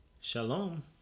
Shalom